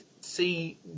see